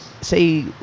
say